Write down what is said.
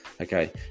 Okay